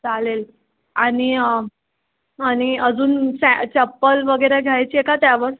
चालेल आणि आणि अजून सॅ चप्पल वगैरे घ्यायची आहे का त्यावर